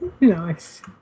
Nice